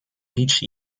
each